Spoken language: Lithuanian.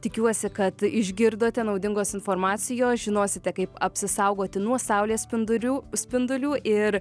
tikiuosi kad išgirdote naudingos informacijos žinosite kaip apsisaugoti nuo saulės spindurių spindulių ir